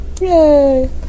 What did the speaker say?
Yay